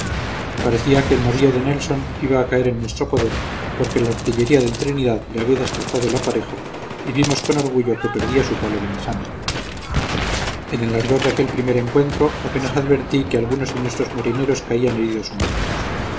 parecía que el navío de nelson iba a caer en nuestro poder porque la artillería del trinidad le había destrozado el aparejo y vimos con orgullo que perdía su palo de mesana en el ardor de aquel primer encuentro apenas advertí que algunos de nuestros marineros caían heridos o muertos